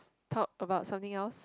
talk about something else